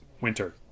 winter